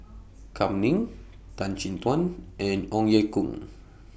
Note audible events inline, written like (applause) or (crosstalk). Kam Ning Tan Chin Tuan and Ong Ye Kung (noise)